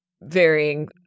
varying